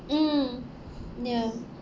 mm ya